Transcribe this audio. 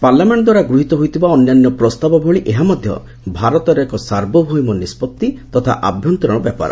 parliament ଦ୍ୱାରା ଗୃହୀତ ହୋଇଥିବା ଅନ୍ୟାନ୍ୟ ପ୍ରସ୍ତାବ ଭଳି ଏହା ମଧ୍ୟ ଭାରତର ଏକ ସାର୍ବଭୌମ ନିଷ୍କଭି ତଥା ଆଭ୍ୟନ୍ତର ବ୍ୟାପାର